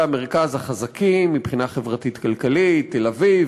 המרכז החזקים מבחינה חברתית-כלכלית: תל-אביב,